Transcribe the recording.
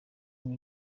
ngo